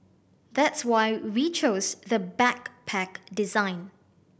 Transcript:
that's why we chose the backpack design